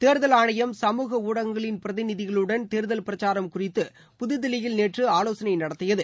தேர்தல் ஆணையம் சமூக ஊடகங்களின் பிரதிநிதிகளுடன் தேர்தல் பிரச்சாரம் குறித்து புதுதில்லியில் நேற்று ஆலோசனை நடத்தியது